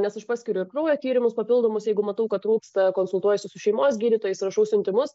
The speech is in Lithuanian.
nes aš paskiriu ir kraujo tyrimus papildomus jeigu matau kad trūksta konsultuojuosi su šeimos gydytojais rašau siuntimus